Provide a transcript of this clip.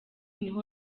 niho